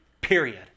period